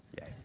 Yay